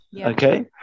Okay